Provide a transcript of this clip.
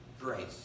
grace